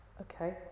Okay